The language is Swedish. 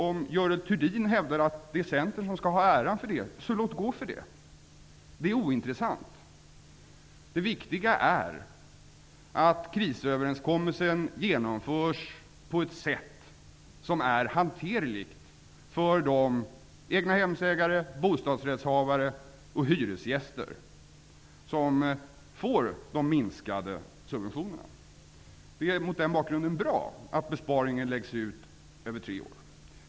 Om Görel Thurdin hävdar att det är Centern som skall ha äran för detta, så låt gå för det. Det är ointressant. Det viktiga är att krisöverenskommelsen genomförs på ett sätt som är hanterligt för dem som drabbas av de minskade subventionerna, nämligen egnahemsägare, bostadsrättshavare och hyresgäster. Mot den bakgrunden är det bra att besparingen läggs ut över tre år.